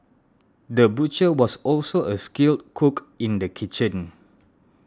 the butcher was also a skilled cook in the kitchen